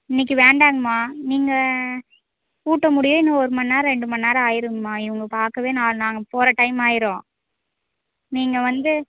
இன்றைக்கி வேண்டாங்கம்மா நீங்கள் கூட்டம் முடிய இன்னும் ஒருமணி நேரம் ரெண்டு மணி நேரம் ஆயிடுங்கம்மா இவங்க பார்க்கவே நான் நாங்கள் போகிற டைம் ஆயிடும் நீங்கள் வந்து